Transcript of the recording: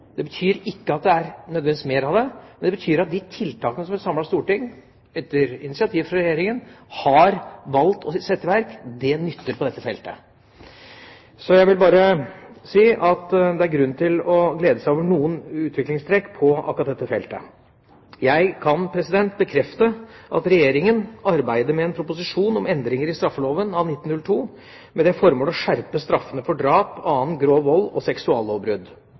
Det betyr nødvendigvis ikke at det er blitt mer av det, men at de tiltakene som et samlet storting etter initiativ fra Regjeringa har valgt å sette i verk, nytter på dette feltet. Så vil jeg bare si at det er grunn til å glede seg over noen utviklingstrekk på akkurat dette feltet. Jeg kan bekrefte at Regjeringa arbeider med en proposisjon om endringer i straffeloven av 1902, med det formål å skjerpe straffene for drap, annen grov vold og seksuallovbrudd.